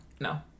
no